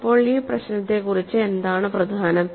അപ്പോൾ ഈ പ്രശ്നത്തെക്കുറിച്ച് എന്താണ് പ്രധാനം